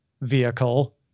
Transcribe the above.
vehicle